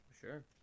Sure